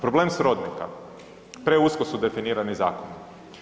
Problem srodnika, preusko su definirani zakoni.